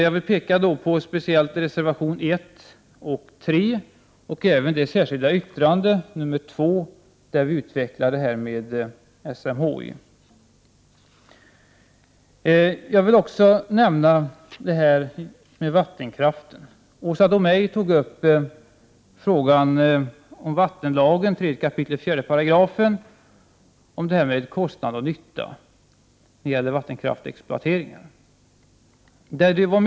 Jag vill speciellt framhålla reservationerna 1 och 3, och även det särskilda yttrande — nr 2 — där vi utvecklar tankegångarna om SMHI. Jag vill också nämna vattenkraften. Åsa Domeij tog upp tillåtlighetsprövningen enligt 3 kap. 4 § vattenlagen och frågan om kostnad och nytta när det gäller vattenkraftsexploateringar.